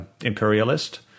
imperialist